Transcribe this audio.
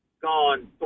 gone